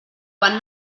quan